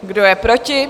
Kdo je proti?